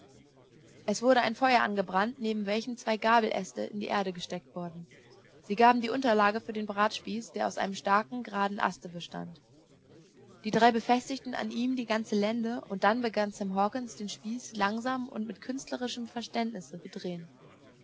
es wurde ein feuer angebrannt neben welchem zwei gabeläste in die erde gesteckt wurden sie gaben die unterlage für den bratspieß der aus einem starken geraden aste bestand die drei befestigten an ihm die ganze lende und dann begann sam hawkens den spieß langsam und mit künstlerischem verständnisse zu drehen